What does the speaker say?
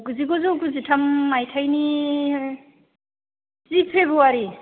जिगुजौ गुजिथाम मायथायनि जि फेब्रुवारि